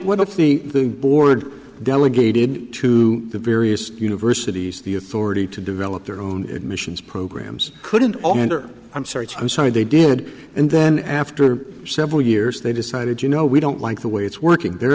what the board delegated to the various universities the authority to develop their own admissions programs couldn't i'm sorry i'm sorry they did and then after several years they decided you know we don't like the way it's working they're